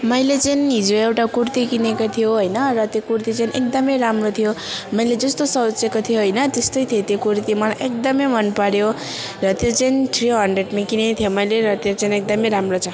मैले चाहिँ हिजो एउटा कुर्ती किनेको थियो होइन र त्यो कुर्ती चाहिँ एकदम राम्रो थियो मैले जस्तो सोचेको थियो होइन त्यस्तै थियो त्यो कुर्ती मलाई एकदम मन पऱ्यो र त्यो चाहिँ थ्री हन्ड्रेडमा किनेको थियो मैले र त्यो चाहिँ एकदमै राम्रो छ